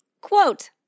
Quote